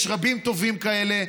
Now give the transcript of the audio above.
יש רבים טובים כאלה,